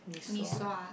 mee-sua